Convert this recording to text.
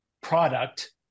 product